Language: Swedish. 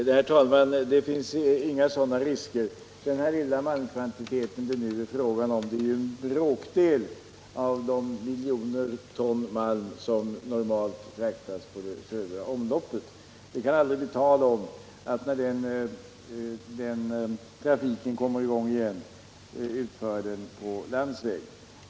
Herr talman! Det finns inga sådana risker. Den lilla malmkvantitet det nu är fråga om är en bråkdel av de miljontals ton malm som normalt fraktas på södra omloppet. Det kan aldrig bli tal om — när den här trafiken kommer i gång igen — att utföra transporterna på landsväg.